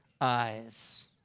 eyes